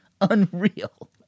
Unreal